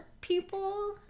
people